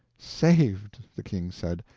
saved! the king said.